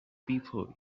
people